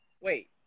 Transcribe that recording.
Wait